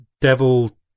devil